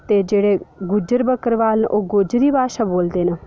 ते जेह्ड़ी गुज्जर बक्करवाल न ओह् गोजरी भाशा बोलदे न